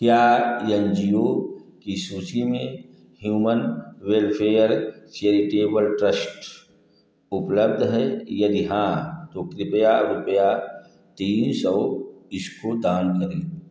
क्या N G O की सूचि में ह्यूमन वेलफे़यर चैरिटेबल ट्रस्ट्स उपलब्ध है यदि हाँ तो कृपया रुपया तीन सौ इसको दान करें